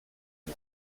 nom